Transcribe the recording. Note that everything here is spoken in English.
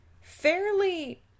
fairly